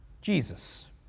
Jesus